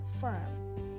firm